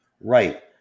right